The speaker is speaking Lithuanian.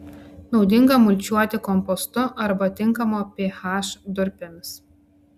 naudinga mulčiuoti kompostu arba tinkamo ph durpėmis